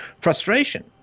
frustration